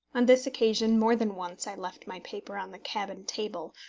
on this occasion more than once i left my paper on the cabin table,